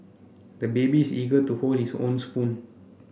the baby is eager to hold his own spoon